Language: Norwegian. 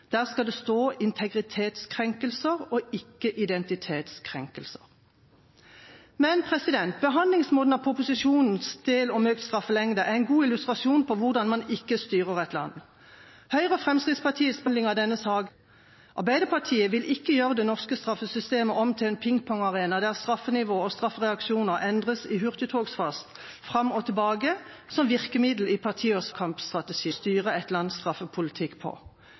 Der skal det stå «integritetskrenkelser» og ikke «identitetskrenkelser». Behandlingsmåten av proposisjonens del om økt straffelengde er en god illustrasjon på hvordan man ikke styrer et land. Høyres og Fremskrittspartiets behandling av denne saken framstår som et rent valgkamputspill. Arbeiderpartiet vil ikke gjøre det norske straffesystemet om til en pingpongarena der straffenivå og straffereaksjoner endres i hurtigtogsfart fram og tilbake som virkemidler i partiers valgkampstrategier. Det er en uansvarlig måte å styre et lands straffepolitikk på.